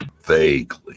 Vaguely